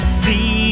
see